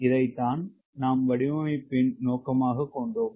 இதைத்தான் நாம் வடிவமைப்பின் நோக்கமாக கொண்டோம்